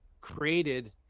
created